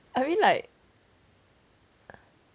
I really like